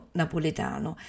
napoletano